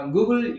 Google